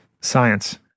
science